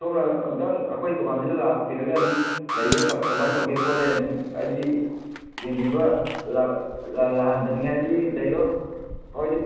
ꯁꯣꯝꯅ ꯑꯝꯇꯪ ꯑꯩꯈꯣꯏ ꯗꯨꯀꯥꯟꯁꯤꯗ ꯂꯥꯛꯄꯤꯔꯒ ꯑꯗꯨꯝ ꯂꯩꯁꯦ ꯀꯃꯥꯏꯅ ꯇꯧꯒꯦ ꯈꯣꯠꯂꯦ ꯑꯗꯨꯝ ꯍꯥꯏꯗꯤ ꯌꯦꯡꯕꯤꯕ ꯂꯥꯛꯍꯟꯖꯅꯤꯡꯉꯦ ꯍꯥꯏꯗꯤ ꯂꯩꯗꯣ ꯍꯥꯏꯗꯤ